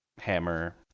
hammer